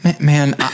Man